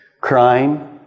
crying